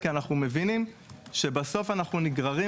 כי אנחנו מבינים שבסוף אנחנו נגררים